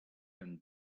and